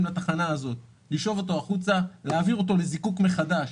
לתחנה הזו החוצה ולהעביר לזיקוק מחדש